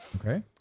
okay